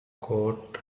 court